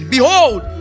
Behold